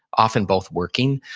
often both working,